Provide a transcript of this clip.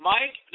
Mike